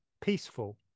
peaceful